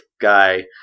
guy